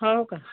हो का